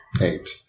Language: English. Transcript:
Eight